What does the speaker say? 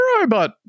robot